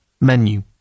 menu